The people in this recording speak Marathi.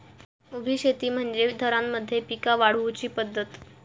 उभी शेती म्हणजे थरांमध्ये पिका वाढवुची पध्दत